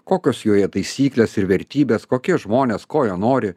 kokios joje taisyklės ir vertybės kokie žmonės ko jie nori